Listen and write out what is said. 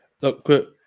look